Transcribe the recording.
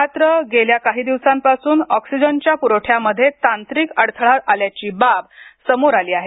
मात्र गेल्या काही दिवसांपासून ऑक्सिजच्या पुरवठ्यामध्ये तांत्रिक अडथळा आल्याची बाब समोर आली आहे